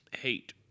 hate